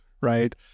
right